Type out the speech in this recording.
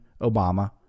Obama